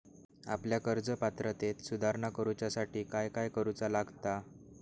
आपल्या कर्ज पात्रतेत सुधारणा करुच्यासाठी काय काय करूचा लागता?